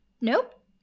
Nope